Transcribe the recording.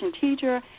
teacher